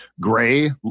Gray